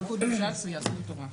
הליכוד, ש"ס ויהדות התורה.